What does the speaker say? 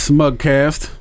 SmugCast